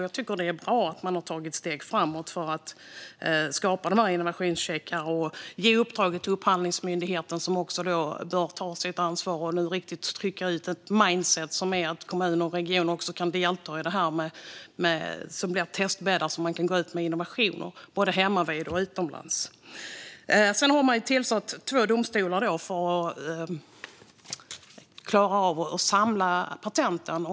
Jag tycker att det är bra att man har tagit steg framåt för att skapa de här innovationscheckarna och ge uppdraget till Upphandlingsmyndigheten, som nu bör ta sitt ansvar och riktigt trycka ut ett mindset som är att kommuner och regioner kan delta i det här som blir testbäddar där man kan gå ut med innovationer både hemmavid och utomlands. Man har tillsatt två domstolar för att klara av att samla patenten.